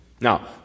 Now